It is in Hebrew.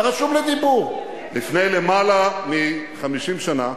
לפני יותר מ-50 שנה,